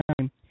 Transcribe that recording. time